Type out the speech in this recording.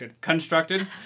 constructed